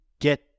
get